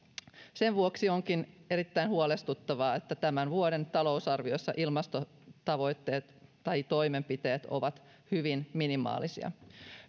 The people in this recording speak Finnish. sen vuoksi onkin erittäin huolestuttavaa että tämän vuoden talousarviossa ilmastotavoitteet tai toimenpiteet ovat hyvin minimaalisia